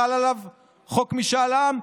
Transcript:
חל עליו חוק משאל העם.